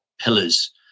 pillars